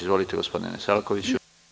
Izvolite, gospodine Selakoviću.